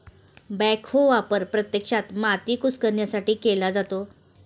backhoe वापर प्रत्यक्षात माती कुस्करण्यासाठी केला जातो